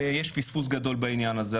ויש פספוס גדול בעניין הזה.